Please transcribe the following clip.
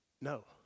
No